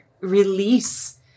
release